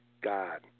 God